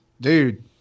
Dude